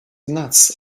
nuts